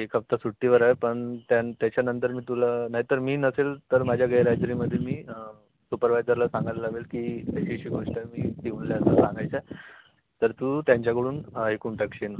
एक हप्ता सुट्टीवर आहे पण त्या त्याच्यानंतर मी तुला नाही तर मी नसेल तर माझ्या गैरहजेरीमध्ये मी सुपरवायझरला सांगायला लावेल की अशी अशी गोष्ट मी पिऊनला सांगायच्या तर तू त्यांच्याकडून ऐकून टाकशील